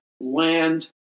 land